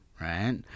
right